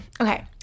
okay